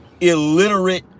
Illiterate